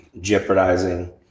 jeopardizing